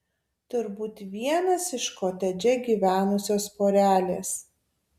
turbūt vienas iš kotedže gyvenusios porelės